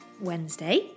Wednesday